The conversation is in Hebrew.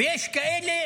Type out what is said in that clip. ויש כאלה